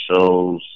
shows